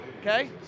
Okay